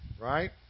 Right